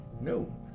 No